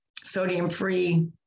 sodium-free